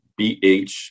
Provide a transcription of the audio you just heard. BH